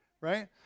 right